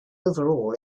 overall